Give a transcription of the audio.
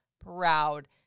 proud